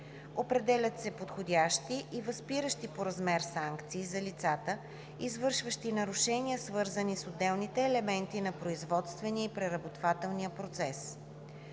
Определят се подходящи и възпиращи по размер санкции за лицата, извършващи нарушения, свързани с отделните елементи на производствения и преработвателния процес.